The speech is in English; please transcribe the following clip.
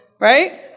right